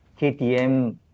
KTM